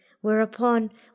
whereupon